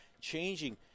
Changing